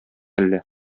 әллә